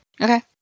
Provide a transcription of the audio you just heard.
Okay